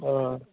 ও